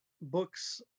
books